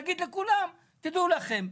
נגיד לכולם: תדעו לכם,